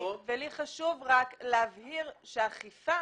לי חשוב להבהיר שהאכיפה